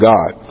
God